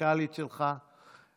המנכ"לית שלך,